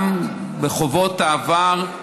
גם לגבי חובות העבר,